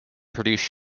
produced